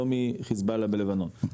לא מחיזבאללה בלבנון,